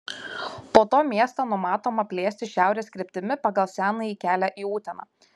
po to miestą numatoma plėsti šiaurės kryptimi pagal senąjį kelią į uteną